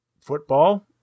football